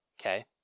Okay